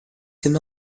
can